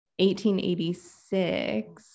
1886